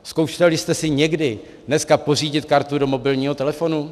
Zkoušeli jste si někdy dneska pořídit kartu do mobilního telefonu?